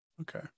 Okay